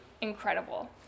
incredible